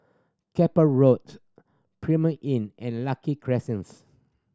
Keppel Roads Premier Inn and Lucky Crescents